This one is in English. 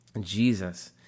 Jesus